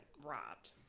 robbed